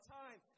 time